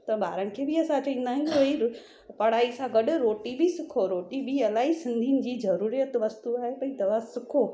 त ॿारनि खे बि असां चवंदा आहियूं पढ़ाई सां गॾु रोटी बि सिखो रोटी बि इलाही सिंधियुनि जी ज़रूरत वस्तू आहे भई तव्हां सिखो